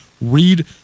read